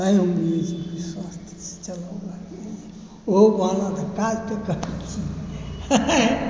तेँ एहि उम्मीदके साथ चलै छी ओहो बहन्ना काजतँ करै छी